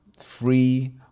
free